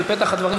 בפתח הדברים,